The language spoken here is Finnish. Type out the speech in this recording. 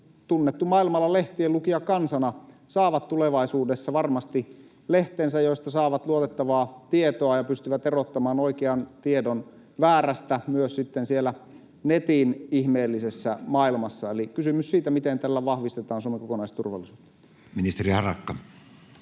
tunnettuja maailmalla lehtienlukijakansana, saavat tulevaisuudessa varmasti lehtensä, joista saavat luotettavaa tietoa ja pystyvät erottamaan oikean tiedon väärästä, myös siellä netin ihmeellisessä maailmassa? Eli kysymys siitä, miten tällä vahvistetaan Suomen kokonaisturvallisuutta. Ministeri Harakka.